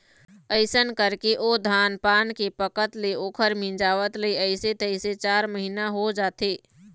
अइसन करके ओ धान पान के पकत ले ओखर मिंजवात ले अइसे तइसे चार महिना हो जाथे